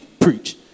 preach